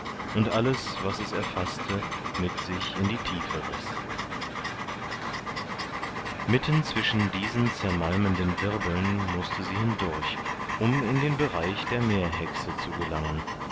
und alles was es erfaßte mit sich in die tiefe riß mitten zwischen diesen zermalmenden wirbeln mußte sie hindurch um in den bereich der meerhexe zu gelangen